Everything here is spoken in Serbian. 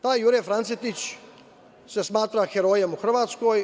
Taj Jure Francetić se smatra herojem u Hrvatskoj.